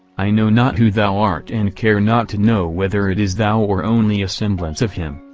i know not who thou art and care not to know whether it is thou or only a semblance of him,